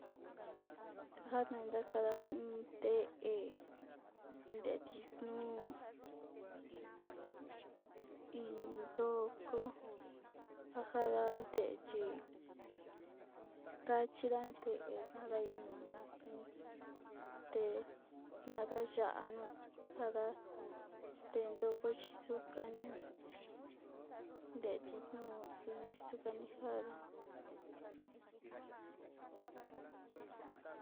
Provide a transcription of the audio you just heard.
Njane kada uu iin té iin ndee titun, iindoko tajanda te'e chí, kachindan te'e nandajitu te'e nadayanu njada tendoko chí, chukan detinuu chunix njanejada.